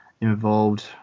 involved